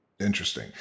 Interesting